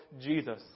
Jesus